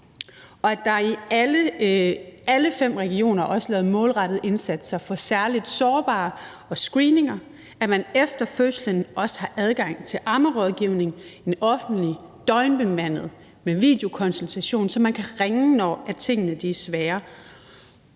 at der i alle fem regioner også er lavet målrettede indsatser for særligt sårbare og screeninger; at man efter fødslen har adgang til ammerådgivning i det offentlige og døgnbemandet, med videokonsultation, så man kan ringe, når tingene er svære;